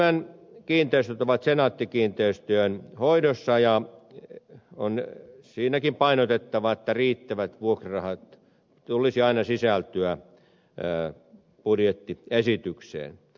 puolustusvoimien kiinteistöt ovat senaatti kiinteistöjen hoidossa ja siinäkin on painotettava että riittävien vuokrarahojen tulisi aina sisältyä budjettiesitykseen